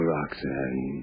Roxanne